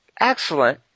excellent